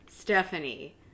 Stephanie